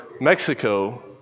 mexico